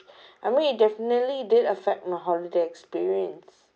I mean it definitely did affect my holiday experience